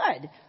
Good